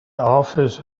office